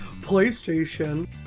PlayStation